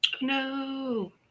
No